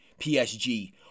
PSG